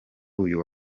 uyu